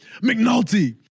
McNulty